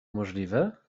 możliwe